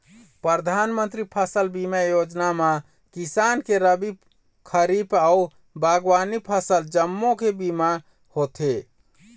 परधानमंतरी फसल बीमा योजना म किसान के रबी, खरीफ अउ बागबामनी फसल जम्मो के बीमा होथे